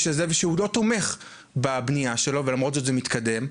הזה ושהוא לא תומך בבניה שלו על אף שזה בשלב מתקדם.